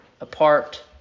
apart